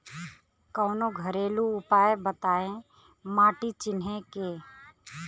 कवनो घरेलू उपाय बताया माटी चिन्हे के?